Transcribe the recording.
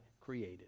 created